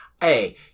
hey